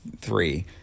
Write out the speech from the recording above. three